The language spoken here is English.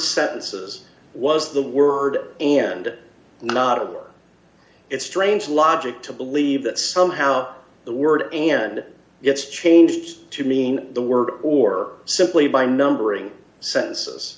sentences was the word and not over it's strange logic to believe that somehow the word n gets changed to mean the word or simply by numbering cen